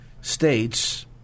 states